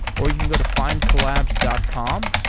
or you can go to findcollabs dot com,